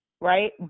Right